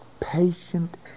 Patient